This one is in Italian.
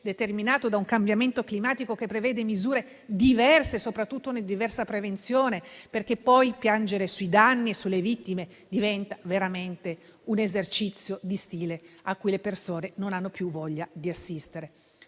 determinate da un cambiamento climatico che necessita di misure diverse e soprattutto di una diversa prevenzione, perché piangere sui danni e sulle vittime diventa veramente un esercizio di stile a cui le persone non hanno più voglia di assistere.